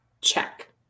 check